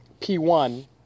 P1